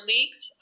Leagues